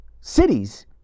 cities